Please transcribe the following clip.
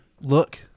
Look